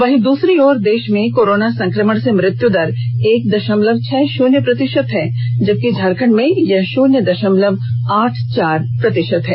वहीं दूसरी ओर देश में कोरोना संक्रमण से मृत्यू दर एक दशमलव छह शून्य प्रतिशत है जबकि झारखंड में यह शून्य दशमलव आठ चार प्रतिशत है